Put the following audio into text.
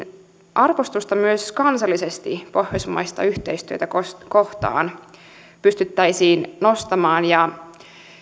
arvostusta myös kansallisesti pohjoismaista yhteistyötä kohtaan ja sitä että pystyttäisiin nostamaan ja